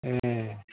एह